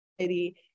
city